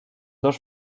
dos